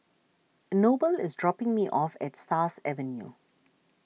Noble is dropping me off at Stars Avenue